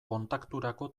kontakturako